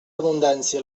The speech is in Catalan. abundància